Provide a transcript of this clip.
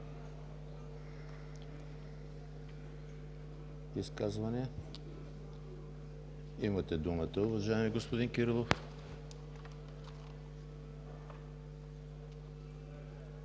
Изказвания? Имате думата, уважаеми господин Кирилов.